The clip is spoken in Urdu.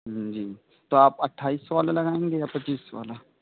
ہوں جی تو آپ اٹھائیس سو والا لگائیں گے یا پچیس سو والا